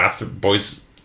boys